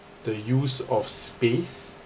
the use of space